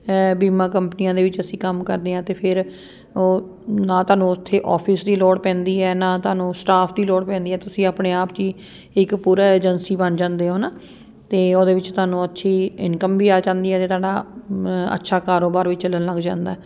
ਹੈ ਬੀਮਾ ਕੰਪਨੀਆਂ ਦੇ ਵਿੱਚ ਅਸੀਂ ਕੰਮ ਕਰਦੇ ਹਾਂ ਅਤੇ ਫਿਰ ਉਹ ਨਾ ਤੁਹਾਨੂੰ ਉੱਥੇ ਆਫਿਸ ਦੀ ਲੋੜ ਪੈਂਦੀ ਹੈ ਨਾ ਤੁਹਾਨੂੰ ਸਟਾਫ ਦੀ ਲੋੜ ਪੈਂਦੀ ਹੈ ਤੁਸੀਂ ਆਪਣੇ ਆਪ 'ਚ ਹੀ ਇੱਕ ਪੂਰਾ ਏਜੰਸੀ ਬਣ ਜਾਂਦੇ ਹੋ ਹੈ ਨਾ ਅਤੇ ਉਹਦੇ ਵਿੱਚ ਤੁਹਾਨੂੰ ਅੱਛੀ ਇਨਕਮ ਵੀ ਆ ਜਾਂਦੀ ਹੈ ਅਤੇ ਤੁਹਾਡਾ ਅੱਛਾ ਕਾਰੋਬਾਰ ਵੀ ਚੱਲਣ ਲੱਗ ਜਾਂਦਾ